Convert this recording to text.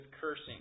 cursing